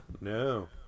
No